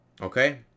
okay